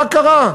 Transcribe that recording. מה קרה?